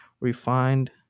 refined